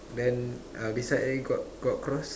then uh beside eh got got cross